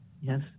Yes